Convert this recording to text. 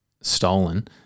stolen